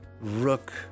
Rook